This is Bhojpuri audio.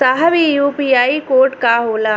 साहब इ यू.पी.आई कोड का होला?